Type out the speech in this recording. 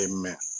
Amen